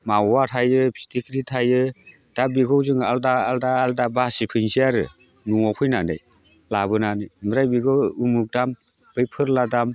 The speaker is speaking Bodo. मावा थायो फिथिख्रि थायो दा बेखौ जों आलदा आलदा आलदा बासिफैनोसै आरो न'आव फैनानै लाबोनानै ओमफ्राय बेखौ उमुख दाम बै फोरला दाम